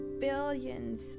billions